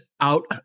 out